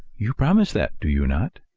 you promise that, do you not?